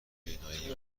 بینایی